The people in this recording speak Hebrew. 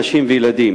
נשים וילדים?